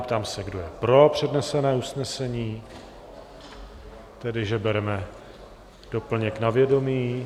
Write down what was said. Ptám se, kdo je pro přednesené usnesení, tedy že bereme doplněk na vědomí?